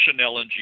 LNG